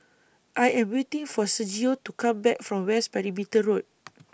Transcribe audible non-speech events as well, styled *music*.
I Am waiting For Sergio to Come Back from West Perimeter Road *noise*